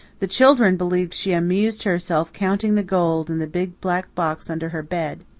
the children believed she amused herself counting the gold in the big black box under her bed.